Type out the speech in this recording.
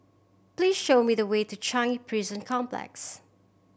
please show me the way to Changi Prison Complex